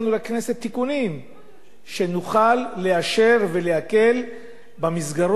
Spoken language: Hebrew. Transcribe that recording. תיקונים שנוכל לאשר ולהקל במסגרות הסבירות.